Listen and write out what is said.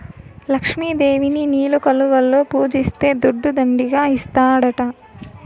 లక్ష్మి దేవిని నీలి కలువలలో పూజిస్తే దుడ్డు దండిగా ఇస్తాడట